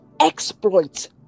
exploit